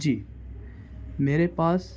جی میرے پاس